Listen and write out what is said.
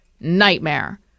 nightmare